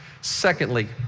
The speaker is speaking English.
Secondly